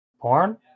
Porn